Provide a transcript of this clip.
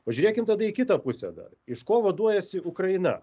pažiūrėkim tada į kitą pusę dar iš ko vaduojasi ukraina